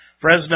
Fresno